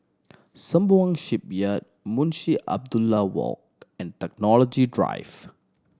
Sembawang Shipyard Munshi Abdullah Walk and Technology Drive